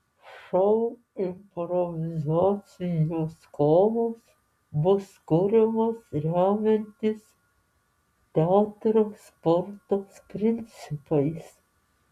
šou improvizacijos kovos bus kuriamas remiantis teatro sporto principais